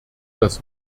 das